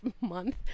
month